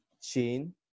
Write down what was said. chain